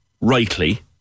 rightly